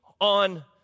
on